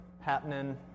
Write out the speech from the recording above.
happening